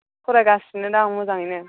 फरायगासिनो दं मोजाङैनो